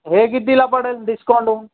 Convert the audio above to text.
हे कितीला पडेल डिस्काउंट होऊन